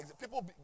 people